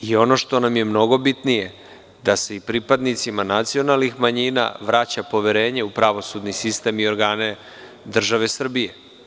I ono što nam je mnogo bitnije, da se i pripadnicima nacionalnih manjina vraća poverenje u pravosudni sistem i organe države Srbije.